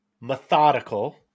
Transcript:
methodical